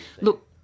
look